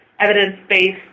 evidence-based